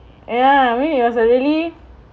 ya I mean it was a really